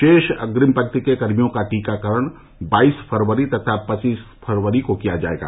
रोष अग्रिम पंक्ति के कर्मियों का टीकाकरण बाईस फरवरी तथा पच्चीस फरवरी को किया जायेगा